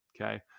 okay